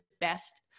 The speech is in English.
best